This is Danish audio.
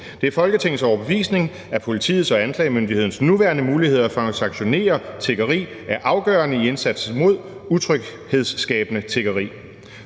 Det er Folketingets overbevisning, at politiets og anklagemyndighedens nuværende muligheder for at sanktionere tiggeri er afgørende i indsatsen mod utryghedsskabende tiggeri.